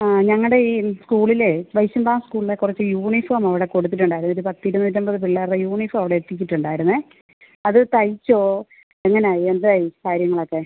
ആ ഞങ്ങളുടെ ഈ സ്കൂളിലേ വൈഷ്ണവ സ്കൂളിലെ കുറച്ച് യൂണിഫോം അവിടെ കൊടുത്തിട്ടുണ്ടായിരുന്നു ഒരു പത്തിരുനൂറ്റമ്പത് പിള്ളേരുടെ യൂണിഫോം അവിടെ എത്തിച്ചിട്ടുണ്ടായിരുന്നേ അത് തയ്ച്ചോ എങ്ങനെയാണ് എന്തായി കാര്യങ്ങളൊക്കെ